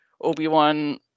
obi-wan